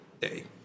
day